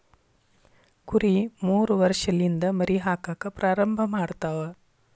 ಕುರಿ ಮೂರ ವರ್ಷಲಿಂದ ಮರಿ ಹಾಕಾಕ ಪ್ರಾರಂಭ ಮಾಡತಾವ